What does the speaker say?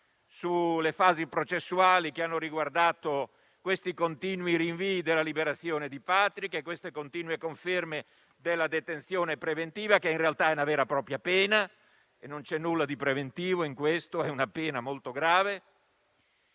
sulle fasi processuali che hanno riguardato i continui rinvii della liberazione di Patrick e le continue conferme della detenzione preventiva, che in realtà è una vera e propria pena, molto grave, e non c'è nulla di preventivo in questo. Voglio anche